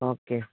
okay